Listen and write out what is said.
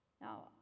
Now